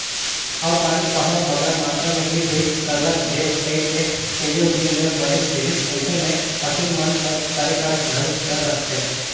अउ पानी कहांे बगरा मातरा में गिर गइस सरलग झेर कइर के कइयो दिन ले बरेस देहिस अइसे में फसिल मन कर सरे कर घलो डर रहथे